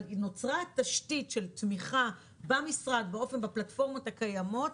אבל נוצרה תשתית של תמיכה במשרד בפלטפורמות הקיימות.